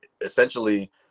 essentially